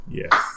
yes